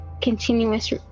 continuous